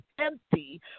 empty